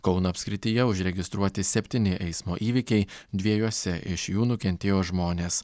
kauno apskrityje užregistruoti septyni eismo įvykiai dviejuose iš jų nukentėjo žmonės